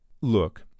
Look